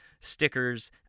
stickers